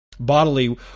Bodily